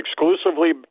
exclusively